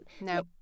No